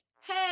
hey